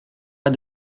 pas